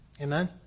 Amen